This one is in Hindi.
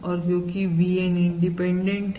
और क्योंकि VN इंडिपेंडेंट है